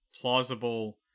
plausible